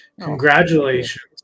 congratulations